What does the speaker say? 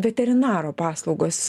veterinaro paslaugos